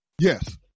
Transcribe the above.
Yes